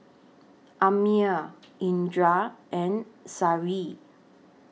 Ammir Indra and Seri